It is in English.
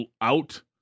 out